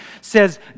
says